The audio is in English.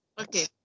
okay